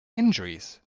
injuries